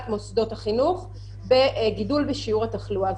מוסדות החינוך בגידול בשיעור התחלואה.